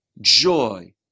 joy